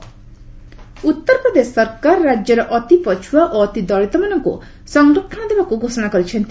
UP Uttar Pradesh ସରକାର ରାଜ୍ୟର ଅତି ପଛୁଆ ଓ ଅତି ଦଳିତମାନଙ୍କୁ ସଂରକ୍ଷଣ ଦେବାକୁ ଘୋଷଣା କରିଛନ୍ତି